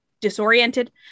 disoriented